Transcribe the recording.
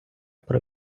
про